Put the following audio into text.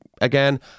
again